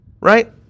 right